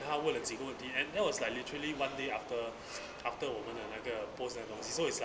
then 他问了几个问题 and that was like literally one day after after 我们的哪个 post 那个东西 so it's like